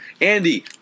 Andy